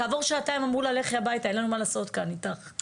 כעבור שעתיים אמרו לה ללכת הביתה כי אין להם מה לעשות איתה שם.